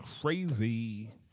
crazy